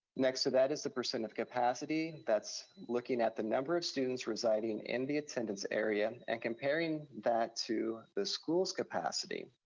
next to that is the percent of capacity. that's looking at the number of students residing in the attendance area and comparing that to the school's capacity.